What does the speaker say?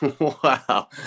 wow